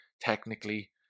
technically